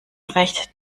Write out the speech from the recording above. recht